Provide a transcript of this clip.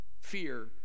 fear